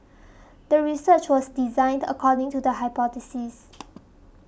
the research was designed according to the hypothesis